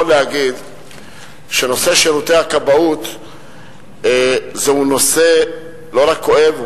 להגיד שנושא שירותי הכבאות הוא לא רק נושא כואב,